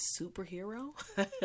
superhero